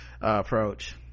approach